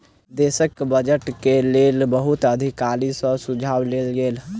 देशक बजट के लेल बहुत अधिकारी सॅ सुझाव लेल गेल